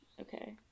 okay